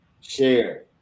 share